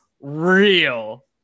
real